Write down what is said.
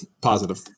Positive